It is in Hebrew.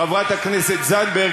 חברת הכנסת זנדברג,